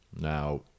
Now